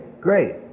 great